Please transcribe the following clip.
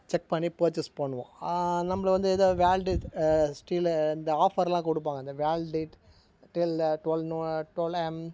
check பண்ணி purchase பண்ணுவோம் நம்மள வந்து இது வேல்டு ஸ்டீலு இந்த ஆஃபரெல்லாம் கொடுப்பாங்க அந்த வேல்டு டுவல் டுவல் நு டுவல் ஏஎம்